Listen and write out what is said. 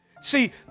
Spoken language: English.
See